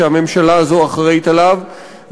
שהממשלה הזאת אחראית לו,